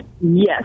yes